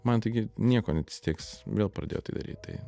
man taigi nieko neatsitiks vėl pradėjo tai daryt tai